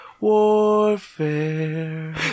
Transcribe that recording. warfare